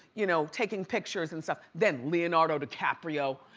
you know, taking pictures and stuff, than leonardo dicaprio,